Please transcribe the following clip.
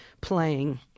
playing